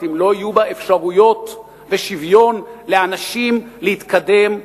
אם לא יהיו בה אפשרויות ושוויון לאנשים להתקדם,